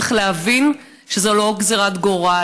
צריך להבין שזה לא גזרת גורל.